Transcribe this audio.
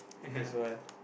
that's why